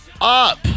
up